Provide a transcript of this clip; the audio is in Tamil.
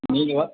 நீங்கள்